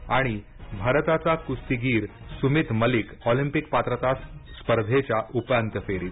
आणि भारताचा कुस्तीगीर सुमित मलिक ऑलिम्पिक पात्रता स्पर्धेच्या उपांत्य फेरीत